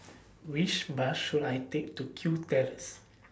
Which Bus should I Take to Kew Terrace